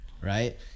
right